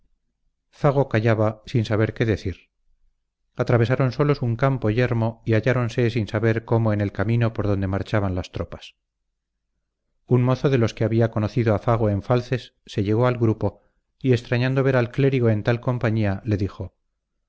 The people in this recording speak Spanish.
callaba sin saber qué decir atravesaron solos un campo yermo y halláronse sin saber cómo en el camino por donde marchaban las tropas un mozo de los que habían conocido a fago en falces se llegó al grupo y extrañando ver al clérigo en tal compañía le dijo